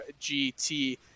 gt